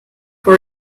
for